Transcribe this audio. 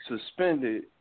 suspended